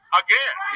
again